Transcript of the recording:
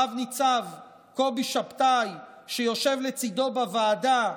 רב-ניצב קובי שבתאי, שיושב לצידו בוועדה,